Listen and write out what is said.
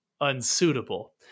unsuitable